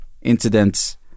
Incidents